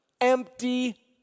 empty